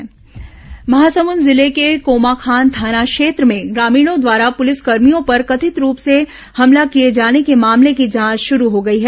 शराब बिक्री विवाद महासमुंद जिले के कोमाखान थाना क्षेत्र में ग्रामीणों द्वारा पुलिसकर्भियों पर कथित रूप से हमला किए जाने के मामले की जांच शुरू हो गई है